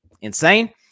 insane